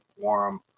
forum